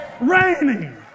Raining